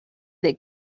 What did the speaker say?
that